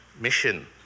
mission